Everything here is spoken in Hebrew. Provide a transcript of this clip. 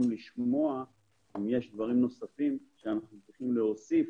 לשמוע אם יש דברים נוספים שאנחנו צריכים להוסיף